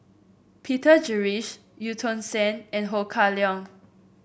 Peter Gilchrist Eu Tong Sen and Ho Kah Leong